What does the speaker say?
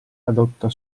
adotta